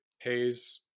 pays